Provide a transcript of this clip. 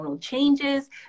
changes